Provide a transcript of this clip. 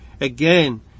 Again